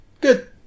good